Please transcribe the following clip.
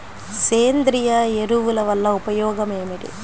సేంద్రీయ ఎరువుల వల్ల ఉపయోగమేమిటీ?